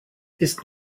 ist